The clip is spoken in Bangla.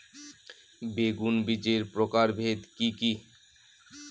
বেগুন বীজের প্রকারভেদ কি কী?